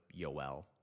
Yoel